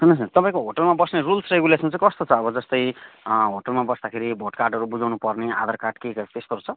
सुन्नुहोस् न तपाईँको होटेलमा बस्ने रुल्स रेगुलेसन चाहिँ कस्तो छ अब जस्तै होटलमा बस्दाखेरि भोटकार्डहरू बुझाउनु आधार कार्ड के त्यस्तोहरू छ